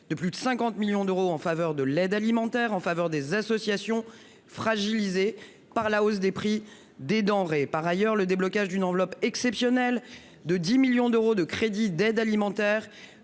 de plus de 50 millions d'euros en faveur de l'aide alimentaire et des associations fragilisées par la hausse des prix des denrées. Elle a prévu, par ailleurs, le déblocage d'une enveloppe exceptionnelle de 10 millions d'euros de crédits d'aide alimentaire